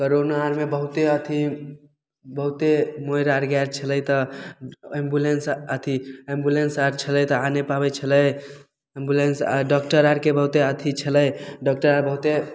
corona आरमे बहुते अथी बहुते मरि आर गेल छलै तऽ एम्बुलेन्स अथी एम्बुलेन्स आर छलै तऽ आ नहि पाबैत छलै एम्बुलेन्स डाक्टर आरके बहुते अथी छलै डाक्टर आर बहुते